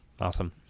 awesome